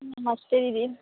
नमस्ते दीदी